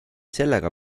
sellega